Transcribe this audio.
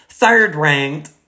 third-ranked